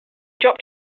dropped